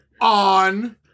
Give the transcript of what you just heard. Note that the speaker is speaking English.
On